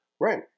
Right